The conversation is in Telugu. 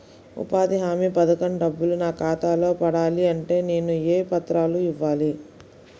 ఉపాధి హామీ పథకం డబ్బులు నా ఖాతాలో పడాలి అంటే నేను ఏ పత్రాలు ఇవ్వాలి?